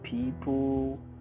people